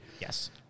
Yes